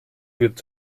wird